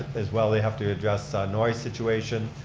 as well, they have to address noise situation.